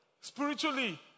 spiritually